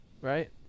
right